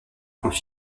point